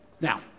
Now